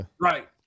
Right